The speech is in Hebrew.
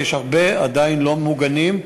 יש עדיין הרבה מקומות שלא ממוגנים,